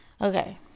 okay